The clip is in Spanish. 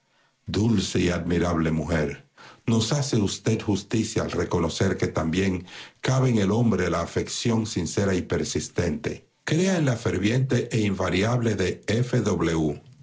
admirable mujer nos hace usted justicia al reconocer que también cabe en el hombre la afección sincera y persistente crea en la ferviente e invariable de